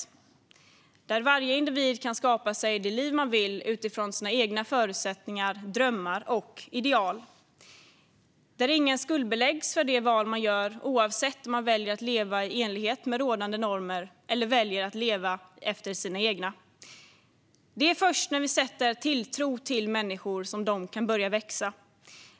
Vi vill ha ett samhälle där varje individ kan skapa sig det liv man vill ha utifrån sina egna förutsättningar, drömmar och ideal. Ingen ska skuldbeläggas för de val man gör, oavsett om man väljer att leva i enlighet med rådande normer eller väljer att leva efter sina egna. Det är först när vi sätter tilltro till människor som de kan börja växa.